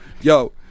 Yo